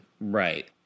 Right